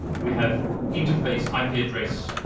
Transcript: we have interface, ip-address,